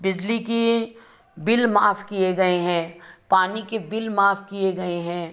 बिजली की बिल माफ किए गए हैं पानी के बिल माफ किए गए हैं